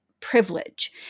privilege